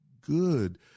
good